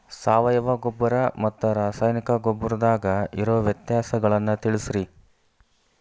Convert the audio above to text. ಸಾವಯವ ಗೊಬ್ಬರ ಮತ್ತ ರಾಸಾಯನಿಕ ಗೊಬ್ಬರದಾಗ ಇರೋ ವ್ಯತ್ಯಾಸಗಳನ್ನ ತಿಳಸ್ರಿ